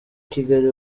kigali